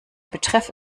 betreff